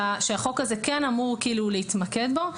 שהחוק הזה כן אמור להתמקד בו.